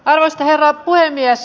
arvoisa herra puhemies